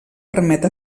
permet